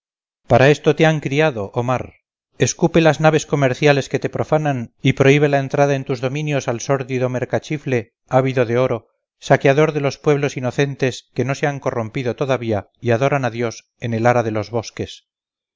para esto te han criado oh mar escupe las naves comerciantes que te profanan y prohíbe la entrada en tus dominios al sórdido mercachifle ávido de oro saqueador de los pueblos inocentes que no se han corrompido todavía y adoran a dios en el ara de los bosques